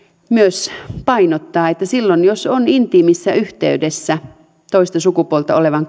myös painottaa on että silloin jos on intiimissä yhteydessä toista sukupuolta olevan